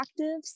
actives